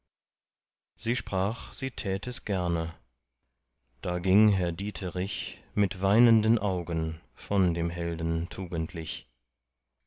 sie sprach sie tät es gerne da ging herr dieterich mit weinenden augen von dem helden tugendlich